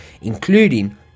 including